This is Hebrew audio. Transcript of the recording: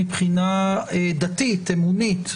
מבחינה דתית-אמונית,